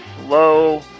slow